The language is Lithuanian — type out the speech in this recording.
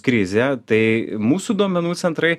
krizė tai mūsų duomenų centrai